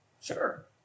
sure